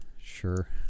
sure